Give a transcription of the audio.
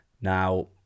Now